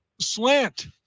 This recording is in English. slant